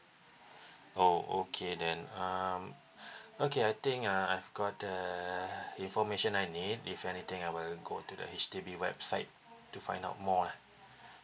oh okay then um okay I think uh I've got the information I need if anything I will go to the H_D_B website to find out more lah